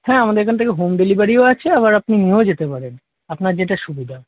হ্যাঁ আমাদের এখান থেকে হোম ডেলিভারিও আছে আবার আপনি নিয়েও যেতে পারেন আপনার যেটা সুবিধা